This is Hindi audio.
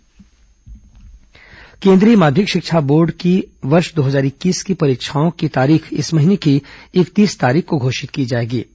सीबीएसई परीक्षा तिथि केन्द्रीय माध्यमिक शिक्षा बोर्ड की वर्ष दो हजार इक्कीस के लिए परीक्षाओं की तारीख इस महीने की इकतीस तारीख को घोषित की जाएंगी